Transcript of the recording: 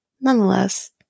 nonetheless